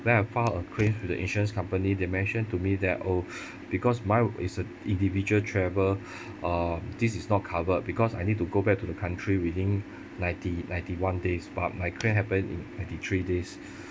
then I filed a claim to the insurance company they mentioned to me that oh because mine is a individual travel uh this is not covered because I need to go back to the country within ninety ninety one days but by claim happened in ninety three days